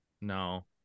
No